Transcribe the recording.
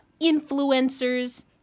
influencers